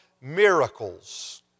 miracles